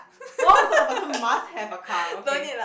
!wah! so the person must have a car okay